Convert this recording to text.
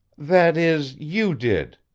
that is, you did,